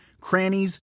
crannies